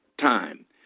time